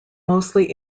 mostly